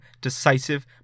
decisive